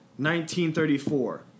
1934